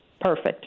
Perfect